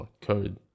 code